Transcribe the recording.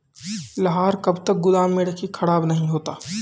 लहार कब तक गुदाम मे रखिए खराब नहीं होता?